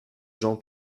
jean